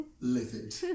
livid